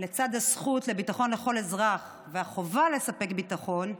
לצד הזכות לביטחון לכל אזרח והחובה לספק ביטחון,